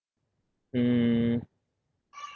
mm